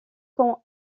grand